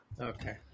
Okay